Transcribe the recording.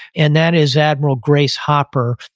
and that is admiral grace hopper.